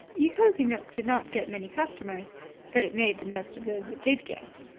ye cosy nooke did not get many customers but it made the most of those it did get.